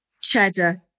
cheddar